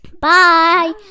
Bye